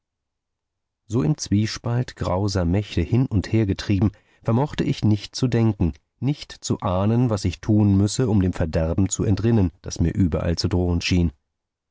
so im zwiespalt grauser mächte hin und her getrieben vermochte ich nicht zu denken nicht zu ahnen was ich tun müsse um dem verderben zu entrinnen das mir überall zu drohen schien